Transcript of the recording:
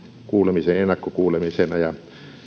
kuulemisen ennakkokuulemisena ja